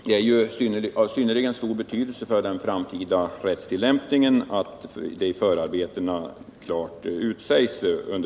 Det är ju av synnerligen stor betydelse för den framtida rättstillämpningen.